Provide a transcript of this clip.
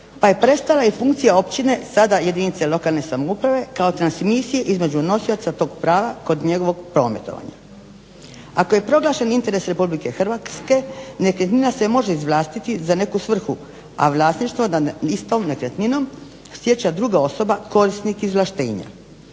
pa je prestala i funkcija općine sada jedinice lokalne samouprave kao transmisije između nosioca tog prava kod njegovog prometovanja. Ako je proglašen interes Republike Hrvatske nekretnina se može izvlastiti za neku svrhu, a vlasništvo nad istom nekretninom stječe druga osoba korisnik izvlaštenja.